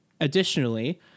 additionally